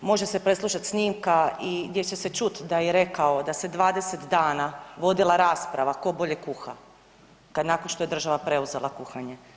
Može se preslušat snimka i gdje će se čut da je rekao da se 20 dana vodila rasprava ko bolje kuha nakon što je država preuzela kuhanje.